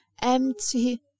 empty